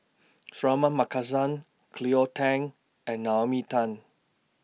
Suratman Markasan Cleo Thang and Naomi Tan